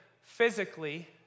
physically